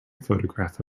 photograph